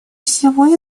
всего